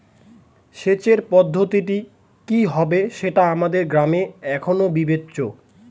সেচের পদ্ধতিটি কি হবে সেটা আমাদের গ্রামে এখনো বিবেচ্য